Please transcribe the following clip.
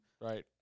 Right